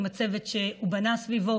עם הצוות שהוא בנה סביבו.